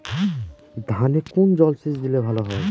ধানে কোন জলসেচ দিলে ভাল হয়?